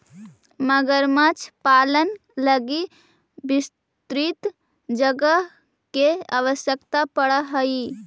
मगरमच्छ पालन लगी विस्तृत जगह के आवश्यकता पड़ऽ हइ